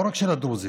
לא רק של הדרוזיות,